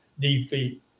defeat